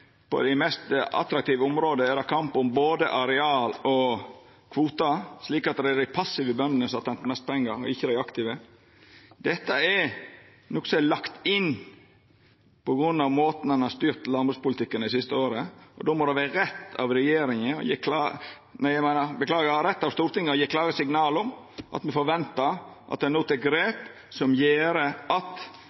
på grunn av måten ein har styrt landbrukspolitikken på dei siste åra. Då må det vera rett av Stortinget å gje klare signal om at me forventar at ein no tek grep som gjer at